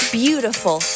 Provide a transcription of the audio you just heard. beautiful